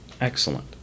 Excellent